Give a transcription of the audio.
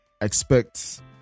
expect